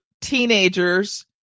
teenagers